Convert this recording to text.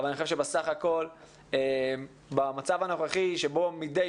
אבל אני חושב שבסך הכול במצב הנוכחי שבו מדי